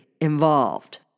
involved